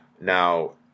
Now